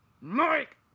Mike